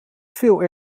veel